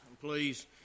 Please